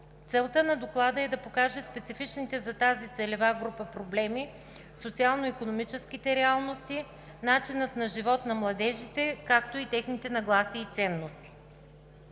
Целта на Доклада е да покаже специфичните за тази целева група проблеми, социално-икономическите реалности, начина на живот на младежите, както и техните нагласи и ценности.